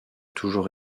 toujours